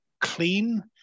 Clean